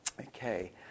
Okay